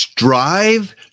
Strive